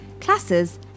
classes